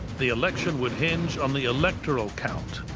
the election would hinge on the electoral count,